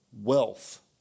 wealth